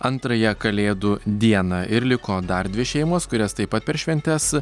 antrąją kalėdų dieną ir liko dar dvi šeimos kurias taip pat per šventes